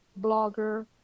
blogger